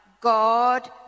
God